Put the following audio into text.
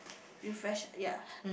refresh ya